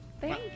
Thank